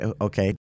Okay